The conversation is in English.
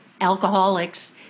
alcoholics